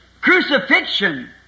crucifixion